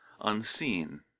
unseen